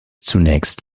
zunächst